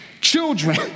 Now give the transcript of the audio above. Children